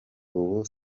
ubu